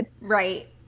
Right